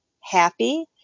happy